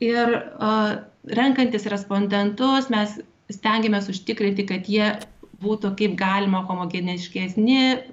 ir a renkantis respondentus mes stengėmės užtikrinti kad jie būtų kaip galima homogeniškesni